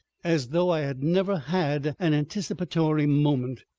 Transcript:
as though i had never had an anticipatory moment.